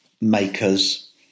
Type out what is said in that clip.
makers